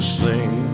sing